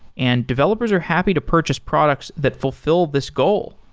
and developers are happy to purchase products that fulfill this goal.